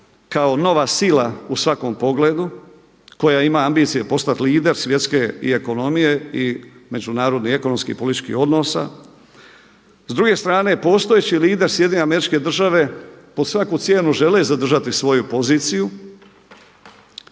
kao nova sila u svakom pogledu koja ima ambicije postati lider svjetske ekonomije i međunarodnih ekonomskih i političkih odnosa. S druge strane, postojeći lider Sjedinjene Američke Države pod svaku cijenu žele zadržati svoju poziciju.